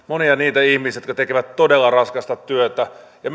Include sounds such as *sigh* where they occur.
monia ihmisiä jotka tekevät todella raskasta työtä ja *unintelligible*